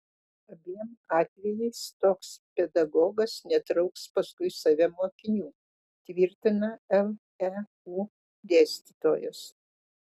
abiem atvejais toks pedagogas netrauks paskui save mokinių tvirtina leu dėstytojas